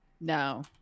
No